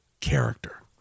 character